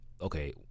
Okay